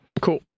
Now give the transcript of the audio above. Cool